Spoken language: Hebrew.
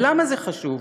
ולמה זה חשוב?